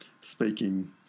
speaking